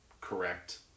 correct